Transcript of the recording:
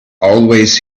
always